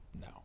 No